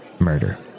Murder